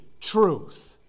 truth